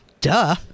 Duh